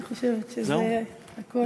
אני חושבת שזה הכול.